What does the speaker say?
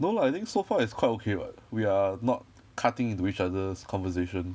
no lah I think so far it's quite okay what we are not cutting into each other's conversation